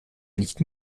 nicht